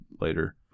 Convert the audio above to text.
later